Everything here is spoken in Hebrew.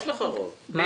אני